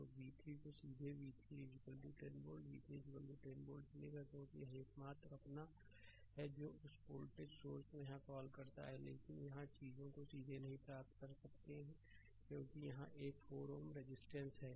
तो v3 को सीधे v3 10 वोल्ट v3 10 वोल्ट मिलेगा क्योंकि यह एकमात्र अपना है जो उस वोल्टेज सोर्स को यहां कॉल करता है लेकिन यहां चीजों को सीधे नहीं प्राप्त कर सकते क्योंकि यहां एक Ω रजिस्टेंस है